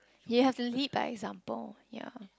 you have to lead by example ya